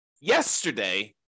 yesterday